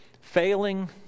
failing